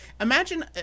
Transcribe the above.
imagine